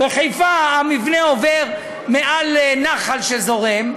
בחיפה המבנה עובר מעל נחל, שזורם,